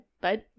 bud